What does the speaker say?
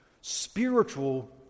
spiritual